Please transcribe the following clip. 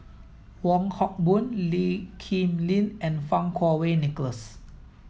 Wong Hock Boon Lee Kip Lin and Fang Kuo Wei Nicholas